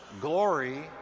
glory